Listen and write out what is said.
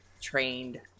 trained